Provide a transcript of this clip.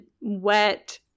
wet